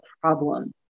problem